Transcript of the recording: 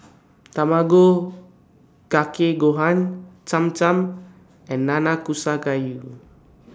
Tamago Kake Gohan Cham Cham and Nanakusa Gayu